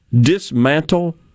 dismantle